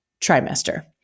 trimester